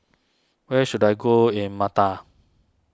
where should I go in Malta